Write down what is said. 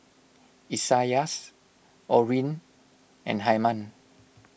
Isaias Orrin and Hyman